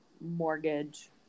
mortgage